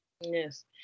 yes